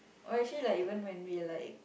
or actually like even when we like